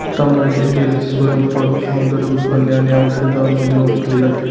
तांदळाचे तेल स्वयंपाक, सौंदर्य उत्पादने आणि औषधांमध्ये वापरले जाते